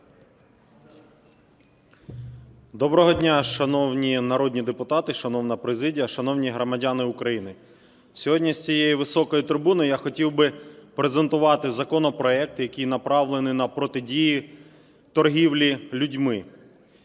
Доброго дня, шановні народні депутати, шановна президія, шановні громадяни України! Сьогодні з цієї високої трибуни я хотів би презентувати законопроект, який направлений на протидію торгівлі людьми.